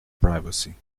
privacy